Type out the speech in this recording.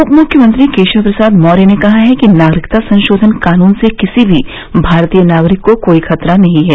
उप मुख्यमंत्री केशव प्रसाद मौर्य ने कहा है कि नागरिकता संशोधन कानून से किसी भी भारतीय नागरिक को कोई खतरा नहीं है